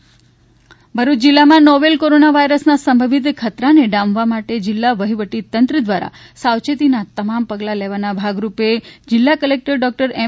novel corona Bharuch જિલ્લામાં novel corona વાયસરના સંભવિત ખતરાને ડામવા માટે જિલ્લા વફીવટી તંત્ર દ્વારા સાવયેતીના તમામ પગલા લેવાના ભાગરૂપે જિલ્લા કલેક્ટર ડૉક્ટર એમ